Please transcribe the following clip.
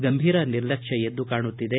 ಗಂಭೀರ ನಿರ್ಲಕ್ಷ್ಯ ಎದ್ದು ಕಾಣುತ್ತಿದೆ